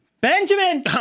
Benjamin